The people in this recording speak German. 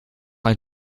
ein